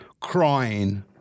crying